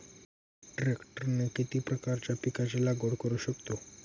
ट्रॅक्टरने किती प्रकारच्या पिकाची लागवड करु शकतो?